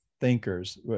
thinkers